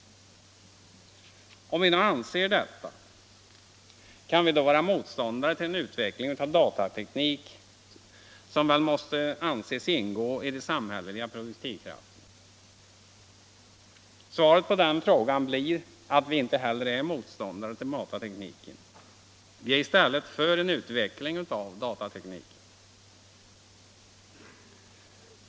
Om vi nu anser detta, kan vi då vara motståndare till en utveckling av datateknik som väl måste anses ingå j de samhälleliga produktivkrafterna? Svaret på den frågan blir att vi inte heller är motståndare till datatekniken; vi är i stället för en utveckling av datatekniken.